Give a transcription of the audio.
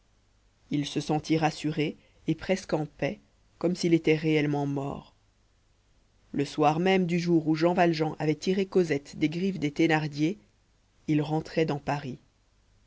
il se sentit rassuré et presque en paix comme s'il était réellement mort le soir même du jour où jean valjean avait tiré cosette des griffes des thénardier il rentrait dans paris